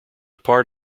part